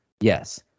Yes